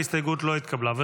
ההסתייגות לא התקבלה.